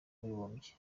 w’abibumbye